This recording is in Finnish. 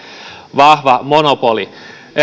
vahva monopoli